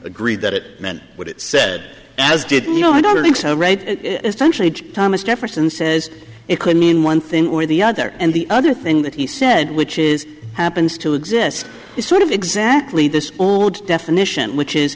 agreed that it meant what it said as did no i don't think so read especially thomas jefferson says it could mean one thing or the other and the other thing that he said which is happens to exist is sort of exactly this definition which is